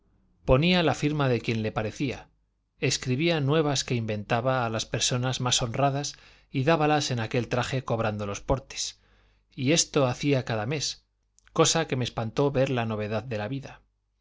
ponía la firma de quien le parecía escribía nuevas que inventaba a las personas más honradas y dábalas en aquel traje cobrando los portes y esto hacía cada mes cosa que me espantó ver la novedad de la vida